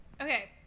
Okay